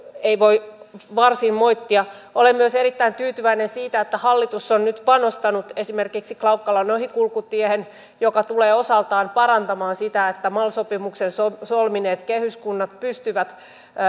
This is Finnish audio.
ei voi varsin moittia olen myös erittäin tyytyväinen siitä että hallitus on nyt panostanut esimerkiksi klaukkalan ohikulkutiehen joka tulee osaltaan parantamaan sitä että mal sopimuksen solmineet kehyskunnat pystyvät